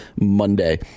Monday